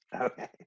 Okay